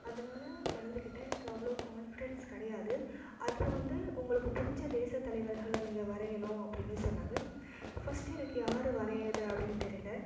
அதனால் கலந்துக்கிட்டேன் எனக்கு அவ்வளோ கான்ஃபிடன்ஸ் கிடையாது அதில் வந்து உங்களுக்கு பிடிச்ச தேசத் தலைவர்களை நீங்கள் வரையனும் அப்படின்னு சொன்னாங்க ஃபர்ஸ்ட்டு எனக்கு யார வரையிரது அப்படின் தெரியல